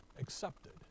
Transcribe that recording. accepted